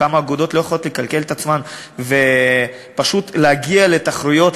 כמה אגודות לא יכולות לכלכל את עצמן ופשוט להגיע לתחרויות,